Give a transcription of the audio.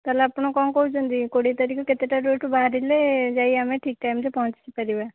ତା'ହେଲେ ଆପଣ କ'ଣ କହୁଛନ୍ତି କୋଡ଼ିଏ ତାରିଖ କେତେଟାରୁ ଏଠୁ ବାହାରିଲେ ଯାଇ ଆମେ ଠିକ୍ ଟାଇମ୍ରେ ପହଞ୍ଚିପାରିବା